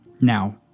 Now